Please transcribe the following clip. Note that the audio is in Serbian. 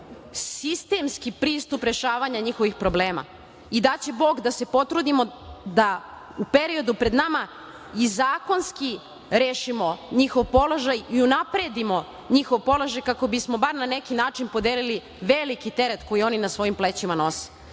sistemski pristup rešavanja njihovih problema i daće Bog da se potrudimo da u periodu pred nama i zakonski rešimo njihov položaj i unapredimo njihov položaj kako bismo bar na neki način podelili veliki teret koji oni na svojim plećima nose. Sto